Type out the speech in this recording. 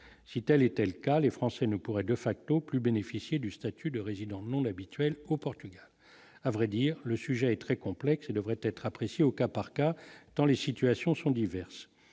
si telle était le cas, les Français ne pourrait de facto plus bénéficier du statut de résident monde habituel au Portugal, à vrai dire, le sujet est très complexe et devrait être appréciée au cas par cas, tant les situations sont diverses,